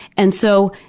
and so,